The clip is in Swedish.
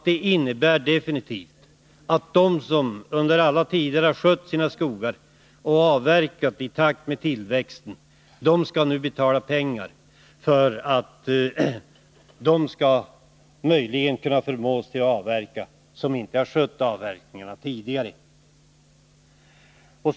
Det innebär nämligen definitivt att de som ialla tider har skött sina skogar och avverkat i takt med tillväxten nu skall betala ut pengar för att de som inte har skött avverkningarna tidigare möjligen skall kunna förmås att avverka.